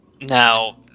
Now